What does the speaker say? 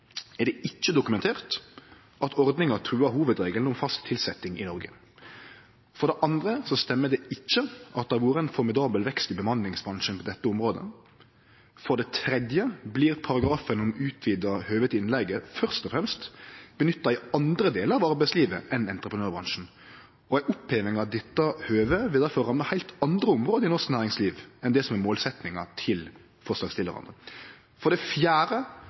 er det ikkje dokumentert at ordninga truar hovudregelen om fast tilsetjing i Noreg. For det andre stemmer det ikkje at det har vore ein formidabel vekst i bemanningsbransjen på dette området. For det tredje blir paragrafen om utvida høve til innleige først og fremst nytta i andre delar av arbeidslivet enn i entreprenørbransjen, og ei oppheving av dette høvet vil difor ramme heilt andre område i norsk næringsliv enn det som er målsetjinga til forslagsstillarane. For det fjerde er